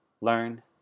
learn